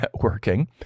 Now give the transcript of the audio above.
Networking